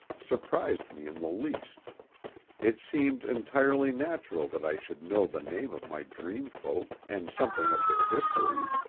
surprised me in the least it seemed entirely natural that i should know the name of my dreamfolk and something of their history.